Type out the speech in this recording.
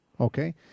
Okay